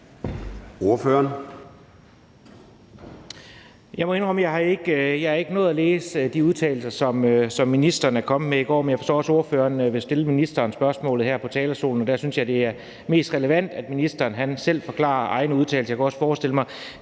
jeg ikke har nået at læse de udtalelser, som ministeren er kommet med i går, men jeg kan forstå, at fru Mette Thiesen vil stille ministeren spørgsmålet her på talerstolen, og der synes jeg, det er mest relevant, at ministeren selv forklarer egne udtalelser.